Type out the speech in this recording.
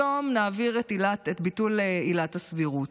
היום נעביר את ביטול עילת הסבירות.